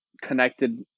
connected